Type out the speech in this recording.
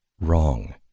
wrong